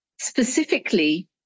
specifically